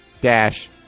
dash